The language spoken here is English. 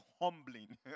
humbling